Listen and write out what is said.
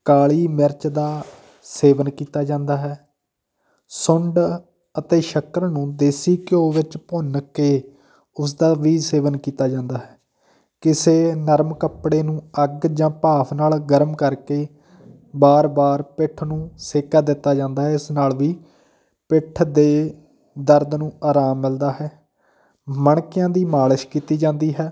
ਕਾਲੀ ਮਿਰਚ ਦਾ ਸੇਵਨ ਕੀਤਾ ਜਾਂਦਾ ਹੈ ਸੁੰਡ ਅਤੇ ਸ਼ੱਕਰ ਨੂੰ ਦੇਸੀ ਘਿਓ ਵਿੱਚ ਭੁੰਨ ਕੇ ਉਸਦਾ ਵੀ ਸੇਵਨ ਕੀਤਾ ਜਾਂਦਾ ਹੈ ਕਿਸੇ ਨਰਮ ਕੱਪੜੇ ਨੂੰ ਅੱਗ ਜਾਂ ਭਾਫ਼ ਨਾਲ ਗਰਮ ਕਰਕੇ ਵਾਰ ਵਾਰ ਪਿੱਠ ਨੂੰ ਸੇਕ ਦਿੱਤਾ ਜਾਂਦਾ ਹੈ ਇਸ ਨਾਲ ਵੀ ਪਿੱਠ ਦੇ ਦਰਦ ਨੂੰ ਆਰਾਮ ਮਿਲਦਾ ਹੈ ਮਣਕਿਆਂ ਦੀ ਮਾਲਿਸ਼ ਕੀਤੀ ਜਾਂਦੀ ਹੈ